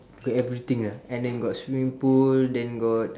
got everything ah and then got swimming pool then got